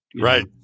Right